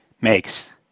makes